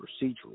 procedural